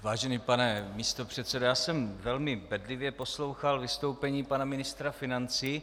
Vážený pane místopředsedo, já jsem velmi bedlivě poslouchal vystoupení pana ministra financí.